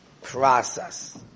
process